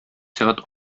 сәгать